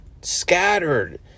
scattered